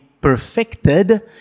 perfected